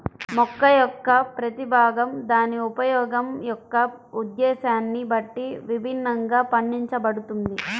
మొక్క యొక్క ప్రతి భాగం దాని ఉపయోగం యొక్క ఉద్దేశ్యాన్ని బట్టి విభిన్నంగా పండించబడుతుంది